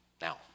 Now